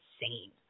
insane